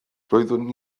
roeddwn